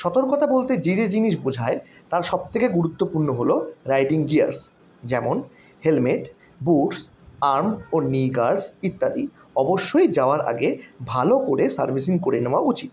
সতর্কতা বলতে যে যে জিনিস বোঝায় তার সব থেকে গুরুত্বপূর্ণ হল রাইডিং গিয়ার্স যেমন হেলমেট বুটস আর্ম ও নি গার্ডস ইত্যাদি অবশ্যই যাওয়ার আগে ভালো করে সার্ভিসিং করে নেওয়া উচিত